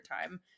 time